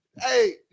Hey